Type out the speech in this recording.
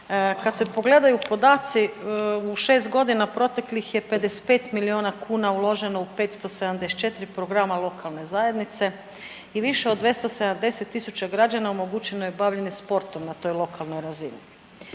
Kad se pogledaju podaci u 6 godina proteklih je 55 miliona kuna uloženo u 574 programa lokalne zajednice i više od 270.000 građana omogućeno je bavljenje sportom na toj lokalnoj razini.